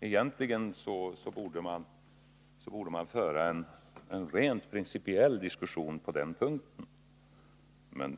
Egentligen borde vi föra en rent principiell diskussion på denna punkt.